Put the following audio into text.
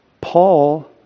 Paul